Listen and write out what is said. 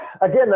Again